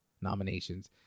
nominations